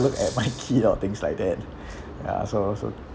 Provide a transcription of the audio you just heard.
look at my kid or things like that ya so oh so